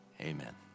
Amen